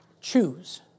Choose